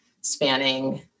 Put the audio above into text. spanning